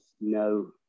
no